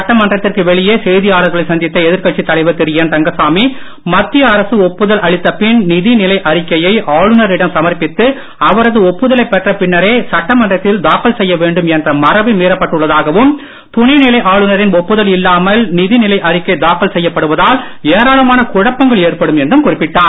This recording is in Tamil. சட்டமன்றத்திற்கு வெளியே செய்தியாளர்களைச் சந்தித்த எதிர்கட்சி தலைவர் திரு என் ரங்கசாமி மத்திய அரசு ஒப்புதல் அளித்த பின் நிதிநிலை அறிக்கையை ஆளுநரிடம் சமர்ப்பித்து அவரது ஒப்புதலைப் பெற்ற பின்னரே சட்டமன்றத்தில் தாக்கல் செய்ய வேண்டும் என்ற மரபு மீறப்பட்டுள்ளதாகவும் துணை நிலை ஆளுநரின் ஒப்புதல் இல்லாமல் நிதிநிலை அறிக்கை தாக்கல் செய்யப்படுவதால் ஏராளமான குழப்பங்கள் ஏற்படும் என்றும் குறிப்பிட்டார்